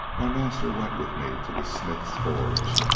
my master went with me to the smith's forge,